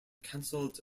cancelled